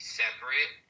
separate